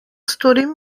storim